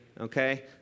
okay